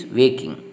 waking